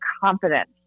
confidence